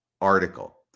article